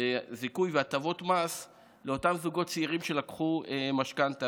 זיכוי והטבות מס לאותם זוגות צעירים שלקחו משכנתה,